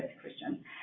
Christian